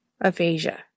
aphasia